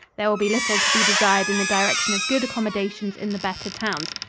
there will be little to be desired in the direction of good accommodations in the better towns.